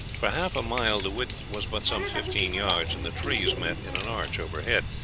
for half a mile the width was but some fifteen yards, and the trees met in an arch overhead,